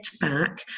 back